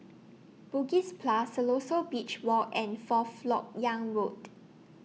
Bugis Plus Siloso Beach Walk and Fourth Lok Yang Road